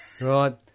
right